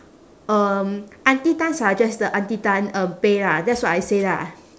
um auntie tan suggest 的 auntie tan um pay lah that's what I say lah